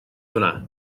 hwnna